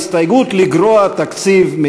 הסתייגות לגרוע תקציב,